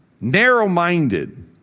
narrow-minded